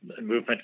movement